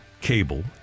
cable